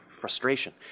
frustration